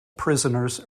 prisoners